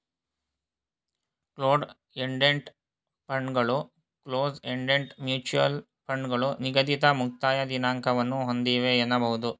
closed ended ಫಂಡ್ಗಳು close ended mutual ಫಂಡ್ಗಳು ನಿಗದಿತ ಮುಕ್ತಾಯ ದಿನಾಂಕವನ್ನ ಒಂದಿವೆ ಎನ್ನಬಹುದು